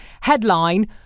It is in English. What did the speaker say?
Headline